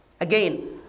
again